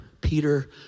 Peter